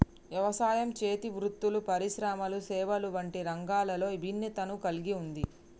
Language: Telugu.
యవసాయం, చేతి వృత్తులు పరిశ్రమలు సేవలు వంటి రంగాలలో ఇభిన్నతను కల్గి ఉంది